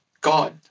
God